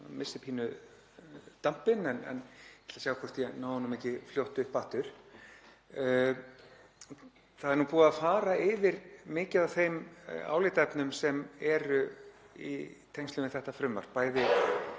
maður missir pínu dampinn en ég ætla að sjá hvort ég næ honum ekki fljótt upp aftur. Það er búið að fara yfir mikið af þeim álitaefnum sem eru í tengslum við þetta frumvarp,